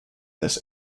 this